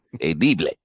Edible